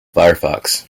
firefox